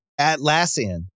Atlassian